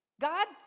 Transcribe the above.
God